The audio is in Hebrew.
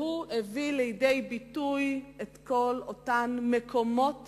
והוא הביא לידי ביטוי את כל אותם מקומות